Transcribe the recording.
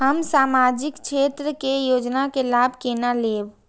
हम सामाजिक क्षेत्र के योजना के लाभ केना लेब?